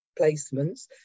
placements